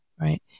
Right